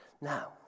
Now